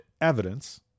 evidence